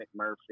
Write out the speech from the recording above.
McMurphy